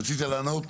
רצית לענות?